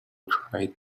tried